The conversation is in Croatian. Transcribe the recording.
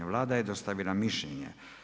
Vlada je dostavila mišljen je.